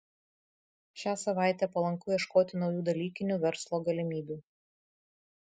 šią savaitę palanku ieškoti naujų dalykinių verslo galimybių